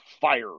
fire